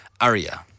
Aria